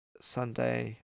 Sunday